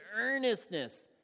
earnestness